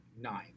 Nine